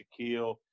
Shaquille